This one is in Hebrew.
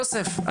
יוסף,